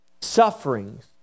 sufferings